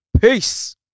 Peace